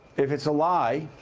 if it's a lie,